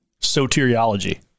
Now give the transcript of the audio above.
soteriology